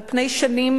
על פני שנים,